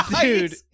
dude